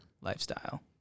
Lifestyle